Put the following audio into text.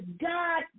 God